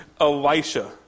Elisha